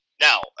now